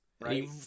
right